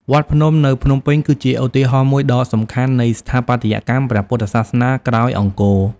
វត្តភ្នំនៅភ្នំពេញគឺជាឧទាហរណ៍មួយដ៏សំខាន់នៃស្ថាបត្យកម្មព្រះពុទ្ធសាសនាក្រោយអង្គរ។